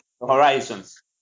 horizons